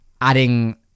adding